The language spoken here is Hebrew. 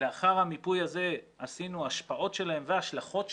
לאחר המיפוי הזה עשינו השפעות שלהם והשלכות שלהם,